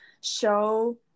show